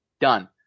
done